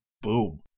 boom